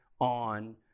on